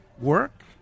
work